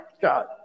God